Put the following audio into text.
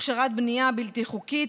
הכשרת בנייה בלתי חוקית,